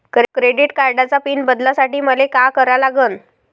Credit कार्डाचा PIN बदलासाठी मले का करा लागन?